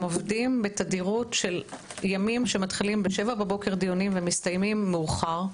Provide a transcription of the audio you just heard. הם עובדים בתדירות של ימים שמתחילים ב-07:00 דיונים ומסתיימים מאוחר.